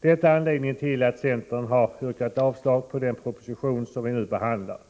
Detta är anledningen till att centern har yrkat avslag på den proposition som vi nu behandlar.